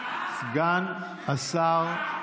סגן השר,